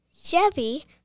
Chevy